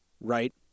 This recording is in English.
right